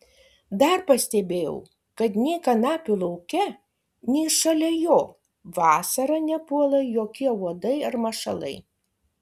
dar pastebėjau kad nei kanapių lauke nei šalia jo vasarą nepuola jokie uodai ar mašalai